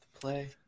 play